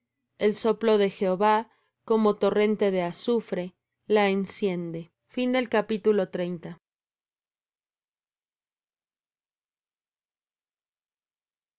el soplo de jehová como torrente de azufre la enciende ay de